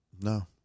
No